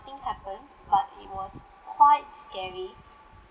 happen but it was quite scary